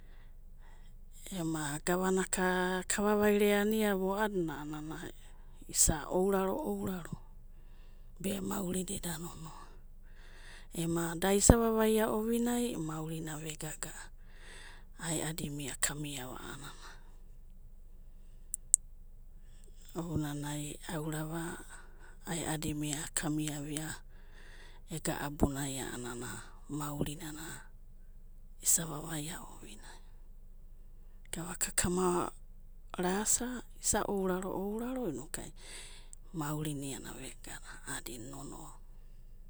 Ema gavanaka kava'vaireaniava a'anana isa ouraro ouraro be maurida eda nonoa aeadi mia kamiava a'anana. Ouranai aurava, aeadi mia kamiava a'anana ia ega abunai a'anana maurina, isa vavaia ovinai, gavaka kara, kara'asava isa ouranai ourano a'anana maurina ina vegana a'adina nonoa.